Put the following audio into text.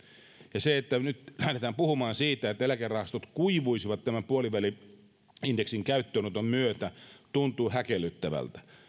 se että nyt lähdetään puhumaan siitä että eläkerahastot kuivuisivat tämän puoliväli indeksin käyttöönoton myötä tuntuu häkellyttävältä